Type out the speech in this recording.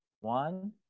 one